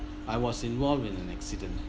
I was involved in an accident